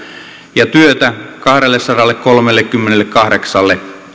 ja työtä kahdensadankolmenkymmenenkahdeksan